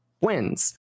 wins